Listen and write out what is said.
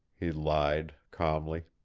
he lied, calmly.